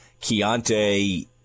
Keontae